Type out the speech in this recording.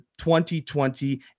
2020